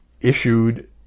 issued